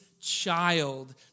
child